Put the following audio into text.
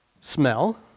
smell